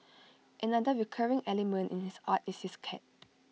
another recurring element in his art is his cat